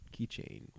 Keychain